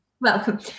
welcome